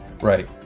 Right